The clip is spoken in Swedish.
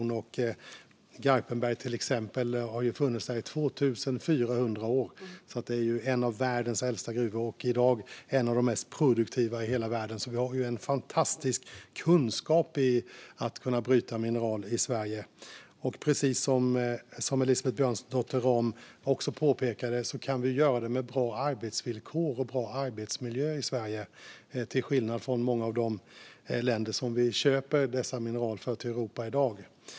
Garpenbergs gruva, till exempel, har funnits i 2 400 år. Det är en av de äldsta och i dag en av de mest produktiva gruvorna i hela världen. Vi har fantastisk kunskap om att bryta mineral i Sverige - och precis som Elisabeth Björnsdotter Rahm också påpekar kan vi i Sverige göra det med bra arbetsvillkor och bra arbetsmiljö, till skillnad från i många av de länder som vi i Europa köper dessa mineral från i dag.